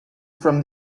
from